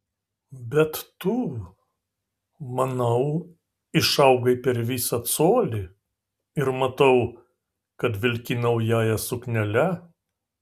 bet tu manau išaugai per visą colį ir matau kad vilki naująja suknele